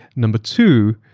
number two,